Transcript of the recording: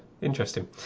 interesting